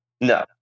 No